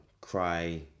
cry